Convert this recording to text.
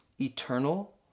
eternal